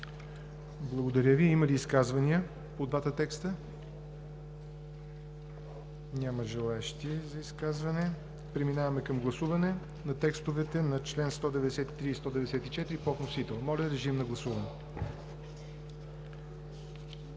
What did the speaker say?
Благодаря Ви. Има ли изказвания по двата текста? Няма желаещи за изказване. Преминаваме към гласуване на текстовете на чл. 193 и 194 по вносител. Гласували